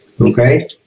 Okay